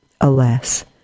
Alas